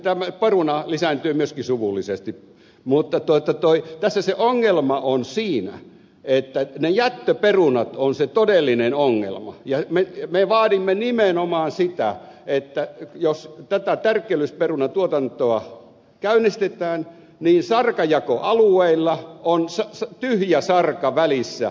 siis perunahan lisääntyy myöskin suvullisesti mutta tuotantoittaisesti ongelma on siinä että tässä ne jättöperunat ovat se todellinen ongelma ja me vaadimme nimenomaan sitä että jos tätä tärkkelysperunatuotantoa käynnistetään niin sarkajakoalueilla on tyhjä sarka välissä